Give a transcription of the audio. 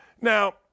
Now